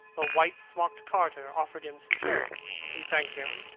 a white-smocked carter offered him some cherries. he thanked him,